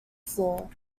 floor